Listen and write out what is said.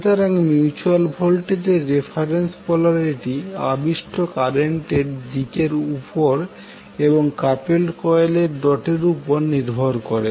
সুতরাং মিউচুয়াল ভোল্টেজের reference polarity আবিষ্ট কারেন্টের দিকের উপর এবং কাপেলড কয়েলের ডটের উপর নির্ভর করে